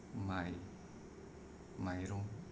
माइ माइरं